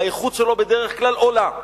האיכות שלו בדרך כלל עולה.